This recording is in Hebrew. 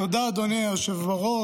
תודה, אדוני היושב-ראש.